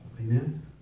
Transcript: Amen